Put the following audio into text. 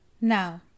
Now